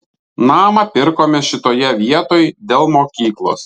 namą pirkome šitoje vietoj dėl mokyklos